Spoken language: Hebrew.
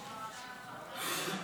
אדוני היושב-ראש,